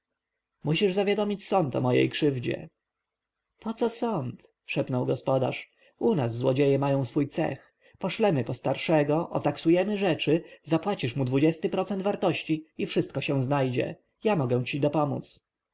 musisz zawiadomić sąd o mojej krzywdzie poco sąd szepnął gospodarz u nas złodzieje mają swój cech poszlemy po starszego otaksujemy rzeczy zapłacisz mu dwudziesty procent wartości i wszystko się znajdzie ja mogę ci dopomóc